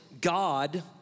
God